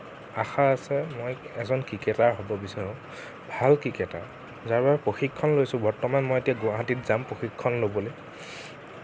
আশা আছে মই এজন ক্ৰিকেটাৰ হ'ব বিচাৰোঁ ভাল ক্ৰিকেটাৰ যাৰ বাবে প্ৰশিক্ষণ লৈছোঁ বৰ্তমান মই এতিয়া গুৱাহাটীত যাম প্ৰশিক্ষণ ল'বলৈ